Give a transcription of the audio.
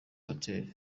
hotel